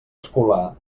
escolar